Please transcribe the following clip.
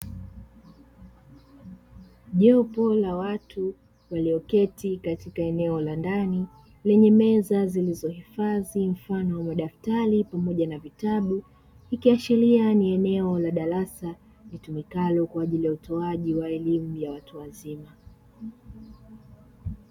Jopo la watu walioketi katika eneo la ndani lenye meza zilizohifadhi mfano wa madaktari pamoja na vitabu, ikiashiria ni eneo la darasa litumikalo kwa ajili ya utoaji wa elimu ya watu wazima.